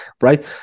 right